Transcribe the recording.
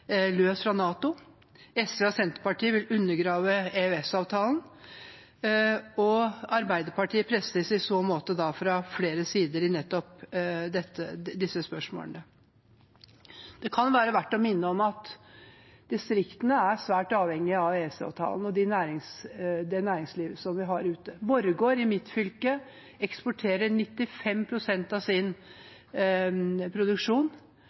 løs fra NATO. SV og Senterpartiet vil undergrave EØS-avtalen. Arbeiderpartiet presses i så måte fra flere sider i nettopp disse spørsmålene. Det kan være verdt å minne om at distriktene er svært avhengige av EØS-avtalen og det næringslivet som vi har ute. Borregaard, i mitt fylke, eksporterer 95 pst. av sin produksjon,